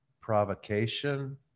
provocation